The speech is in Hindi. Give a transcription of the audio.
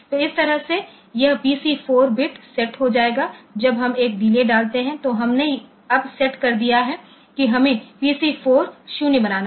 तो इस तरह से यह पीसी 4 बिट सेट हो जाएगा जब हम एक डिले डालते हैं तो हमने अब सेट कर दिया है कि हमें पीसी 4 0 बनाना है